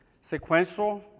sequential